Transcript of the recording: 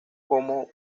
como